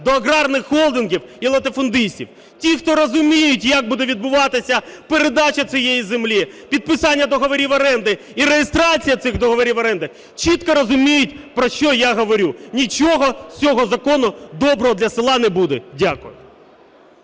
до аграрних холдингів і латифундистів. Ті, хто розуміють як буде відбуватися передача цієї землі, підписання договорів-оренди і реєстрація цих договорів-оренди, чітко розуміють, про що я говорю. Нічого з цього закону доброго для села не буде. Дякую.